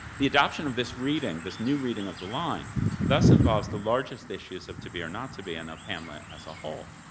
the adoption of this reading, this new reading, of the line thus involves the largest issues of to be or not to be and of hamlet as a whole.